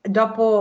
dopo